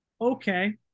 okay